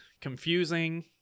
confusing